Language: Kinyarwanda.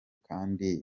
kandi